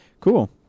Cool